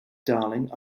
darling